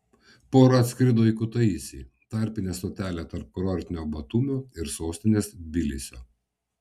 pora atskrido į kutaisį tarpinę stotelę tarp kurortinio batumio ir sostinės tbilisio